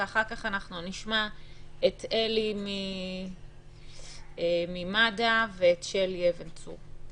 ואחר כך נשמע את אלי יפה ממד"א ואת שלי אבן צור.